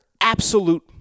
absolute